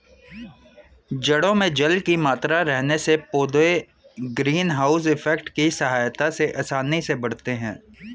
जड़ों में जल की मात्रा रहने से पौधे ग्रीन हाउस इफेक्ट की सहायता से आसानी से बढ़ते हैं